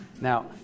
Now